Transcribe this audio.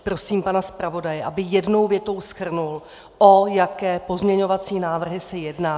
Prosím pana zpravodaje, aby jednou větou shrnul, o jaké pozměňovací návrhy se jedná.